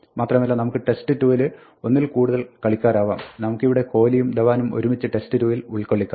മാത്രമല്ല നമുക്ക് test2 ൽ ഒന്നിൽ കൂടുതൽ കളിക്കാരാവാം നമുക്കിവിടെ കോഹ്ലിയും ധവാനും ഒരുമിച്ച് test2 ൽ ഉൾക്കൊള്ളിക്കാം